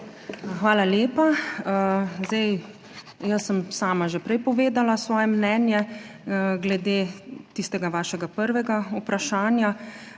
Hvala lepa. Zdaj, jaz sem sama že prej povedala svoje mnenje glede tistega vašega prvega vprašanja.